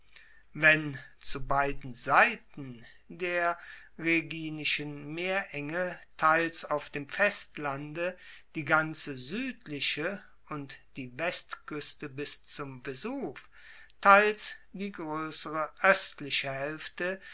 wenn zu beiden seiten der rheginischen meerenge teils auf dem festlande die ganze suedliche und die westkueste bis zum vesuv teils die groessere oestliche haelfte